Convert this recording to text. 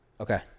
okay